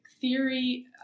theory